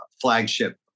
flagship